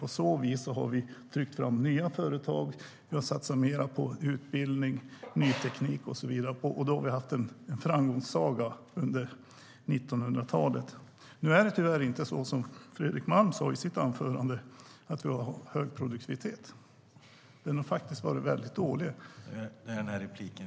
På så vis har vi tryckt fram nya företag, satsat mer på utbildning, ny teknik och så vidare och haft en framgångssaga under 1900-talet.(TALMANNEN: Repliken avser Katarina Brännström.